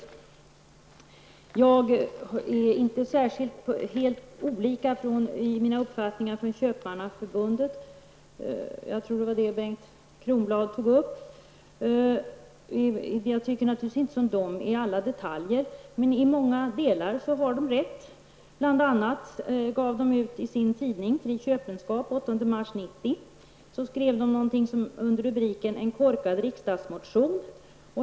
Mina uppfattningar är inte särskilt olika dem som Köpmannaförbundet har givit uttryck för. Bengt Kronblad tog upp den frågan. Jag tycker naturligtvis inte som förbundet i alla detaljer. Men i många delar har de rätt. Bl.a. skrev förbundet i tidningen Fri Köpenskap den 8 mars 1990 en artikel med rubriken En korkad riksdagsmotion.